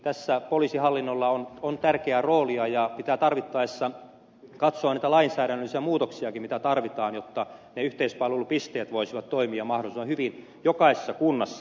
tässä poliisihallinnolla on tärkeä rooli ja pitää tarvittaessa katsoa niitä lainsäädännöllisiä muutoksiakin mitä tarvitaan jotta ne yhteispalvelupisteet voisivat toimia mahdollisimman hyvin jokaisessa kunnassa